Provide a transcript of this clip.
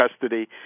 custody